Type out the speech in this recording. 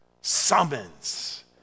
summons